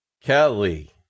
Kelly